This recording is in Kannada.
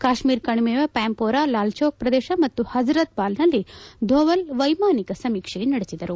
ಕಾಶ್ಮೀರ ಕಣಿವೆಯ ಪ್ಯಾಂಪೋರ್ ಲಾಲ್ಚೌಕ್ ಪ್ರದೇಶ ಮತ್ತು ಪಜರತ್ ಬಾಲ್ನಲ್ಲಿ ದೋವಲ್ ವೈಮಾನಿಕ ಸಮೀಕ್ಷೆ ನಡೆಸಿದರು